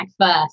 first